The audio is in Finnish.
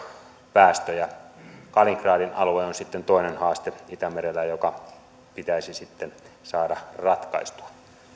päästöjä kaliningradin alue on sitten toinen haaste itämerellä joka pitäisi saada ratkaistua